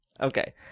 Okay